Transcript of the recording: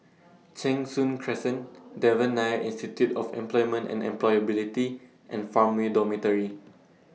Cheng Soon Crescent Devan Nair Institute of Employment and Employability and Farmway Dormitory